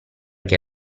che